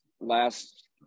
Last